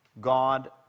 God